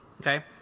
okay